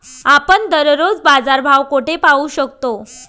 आपण दररोजचे बाजारभाव कोठे पाहू शकतो?